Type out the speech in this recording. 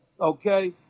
Okay